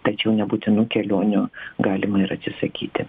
tačiau nebūtinų kelionių galima ir atsisakyti